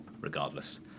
regardless